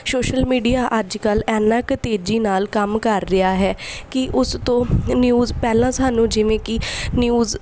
social media ਅੱਜ ਕੱਲ੍ਹ ਇੰਨਾ ਕੁ ਤੇਜ਼ੀ ਨਾਲ ਕੰਮ ਕਰ ਰਿਹਾ ਹੈ ਕਿ ਉਸ ਤੋਂ ਨਿਊਜ਼ ਪਹਿਲਾਂ ਸਾਨੂੰ ਜਿਵੇਂ ਕਿ ਨਿਊਜ਼